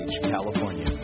California